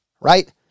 right